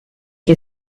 che